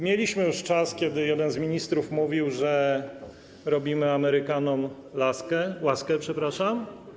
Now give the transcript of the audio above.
Mieliśmy już czas, kiedy jeden z ministrów mówił, że robimy Amerykanom laskę, łaskę, przepraszam.